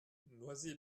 noisy